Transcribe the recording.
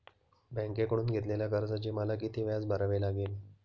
बँकेकडून घेतलेल्या कर्जाचे मला किती व्याज भरावे लागेल?